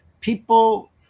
people